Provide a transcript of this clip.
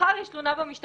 מחר יש תלונה במשטרה,